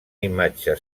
imatge